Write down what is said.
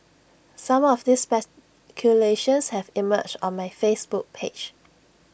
some of these speculations have emerged on my Facebook page